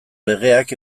legeak